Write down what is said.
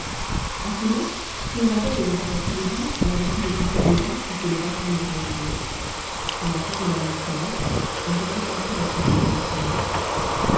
à ces mots scheherazade ayant aperçu le jour en avertit le sultan des indes qui se leva sans lui rien dire sur la fin de la nuit suivante elle reprit ainsi la suite de l'histoire commencée